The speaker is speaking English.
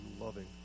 loving